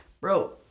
bro